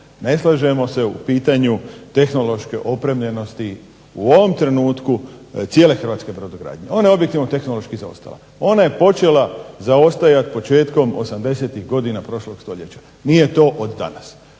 Ne slažemo se u pitanju tehnološke opremljenosti u ovom trenutku cijele hrvatske brodogradnje. Ona je objektivno tehnološki zaostala. Ona je počela zaostajati početkom '80-ih godina prošlog stoljeća. Nije to od danas,